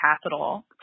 capital